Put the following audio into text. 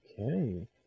Okay